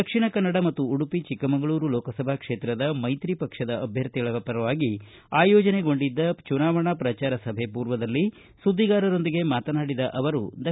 ದಕ್ಷಿಣ ಕನ್ನಡ ಮತ್ತು ಉಡುಪಿ ಚಿಕ್ಕಮಂಗಳೂರು ಲೋಕಸಭಾ ಕ್ಷೇತ್ರದ ಮೈತ್ರಿ ಪಕ್ಷದ ಅಭ್ಯರ್ಥಿಗಳ ಪರವಾಗಿ ಆಯೋಜನೆಗೊಂಡಿದ್ದ ಚುನಾವಣಾ ಪ್ರಚಾರ ಸಭೆ ಪೂರ್ವದಲ್ಲಿ ಸುದ್ದಿಗಾರರೊಂದಿಗೆ ಮಾತನಾಡಿದ ಅವರು ದ